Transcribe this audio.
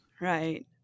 Right